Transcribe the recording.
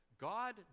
God